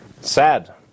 Sad